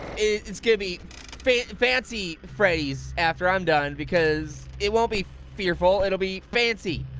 it's gonna be be fancy freddy's after i'm done because it won't be fearful it'll be fancy.